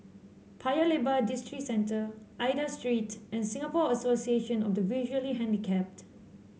Paya Lebar Districentre Aida Street and Singapore Association of the Visually Handicapped